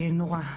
נורא.